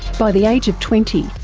by the age of twenty,